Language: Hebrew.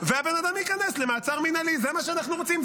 והבן אדם ייכנס למעצר מינהלי, זה מה שאנחנו רוצים.